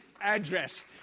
address